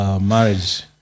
marriage